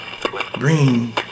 green